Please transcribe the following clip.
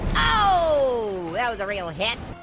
oh! that was a real hit.